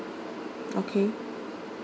okay